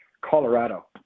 Colorado